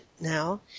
now